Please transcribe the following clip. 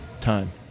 time